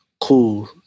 Cool